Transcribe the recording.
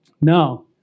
Now